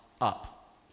up